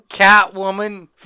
Catwoman